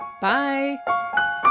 Bye